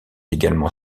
également